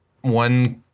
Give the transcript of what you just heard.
one